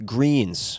Greens